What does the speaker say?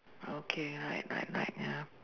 okay right right right ya